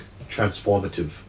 transformative